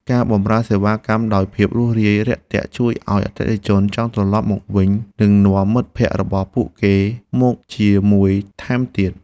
ការបម្រើសេវាកម្មដោយភាពរួសរាយរាក់ទាក់ជួយឱ្យអតិថិជនចង់ត្រឡប់មកវិញ និងនាំមិត្តភក្តិរបស់ពួកគេមកជាមួយថែមទៀត។